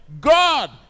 God